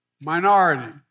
minority